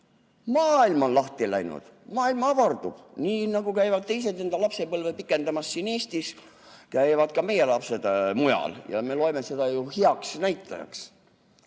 Maailm on lahti läinud, maailm avardub! Nii nagu käivad teised enda lapsepõlve pikendamas siin Eestis, käivad ka meie lapsed mujal. Me loeme seda ju heaks näitajaks.